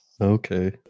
Okay